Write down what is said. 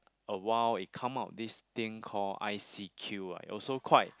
awhile it come out this thing call I_C_Q ah also quite